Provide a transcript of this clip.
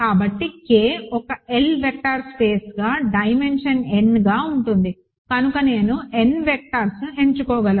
కాబట్టి K ఒక L vector స్పేస్గా డైమెన్షన్ nగా ఉంటుంది కనుక నేను n వెక్టర్స్ను ఎంచుకోగలను